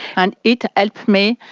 and it helped me,